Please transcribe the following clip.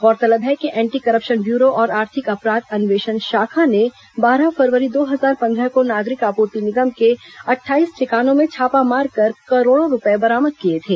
गौरतलब है कि एंटी करप्शन ब्यूरो और आर्थिक अपराध अन्वेषण शाखा ने बारह फरवरी दो हजार पन्द्रह को नागरिक आपूर्ति निगम के अट्ठाईस ठिकानों में छापा मारकर करोड़ों रूपए बरामद किए थे